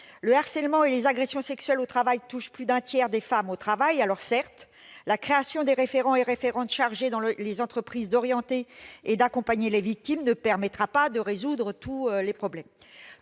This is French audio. Le harcèlement et les agressions sexuelles au travail touchent plus d'un tiers des femmes au travail. Certes, la création des référents chargés, dans les entreprises, d'orienter et d'accompagner les victimes ne permettra pas de résoudre tous les problèmes.